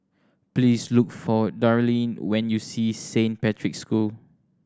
please look for Darlyne when you see Saint Patrick's School